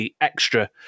Extra